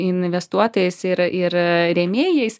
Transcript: investuotojais ir ir rėmėjais